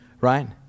Right